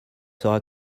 sera